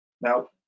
Now